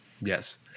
yes